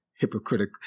hypocritic